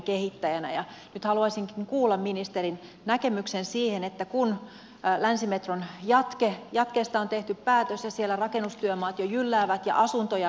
nyt haluaisinkin kuulla ministerin näkemyksen siihen kun länsimetron jatkeesta on tehty päätös ja siellä rakennustyömaat jo jylläävät ja asuntoja nousee